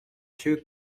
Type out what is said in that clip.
two